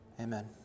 Amen